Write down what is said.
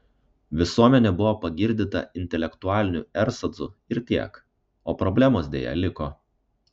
visuomenė buvo pagirdyta intelektualiniu erzacu ir tiek o problemos deja liko